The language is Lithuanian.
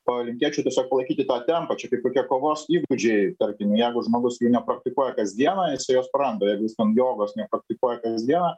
palinkėčiau tiesiog palaikyti tą tempą čia kaip kokie kovos įgūdžiai tarkim jeigu žmogus jų nepraktikuoja kasdieną jisai juos praranda jeigu jis ten jogos nepraktikuoja kasdieną